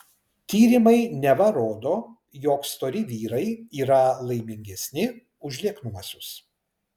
tyrimai neva rodo jog stori vyrai yra laimingesni už lieknuosius